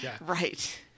Right